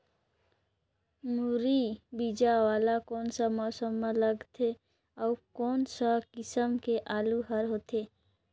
मुरई बीजा वाला कोन सा मौसम म लगथे अउ कोन सा किसम के आलू हर होथे?